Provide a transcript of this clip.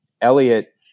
Elliot